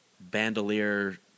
bandolier